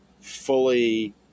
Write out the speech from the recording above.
fully